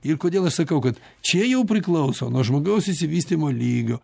ir kodėl aš sakau kad čia jau priklauso nuo žmogaus išsivystymo lygio